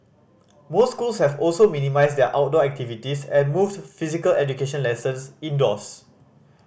most schools have also minimised their outdoor activities and moved physical education lessons indoors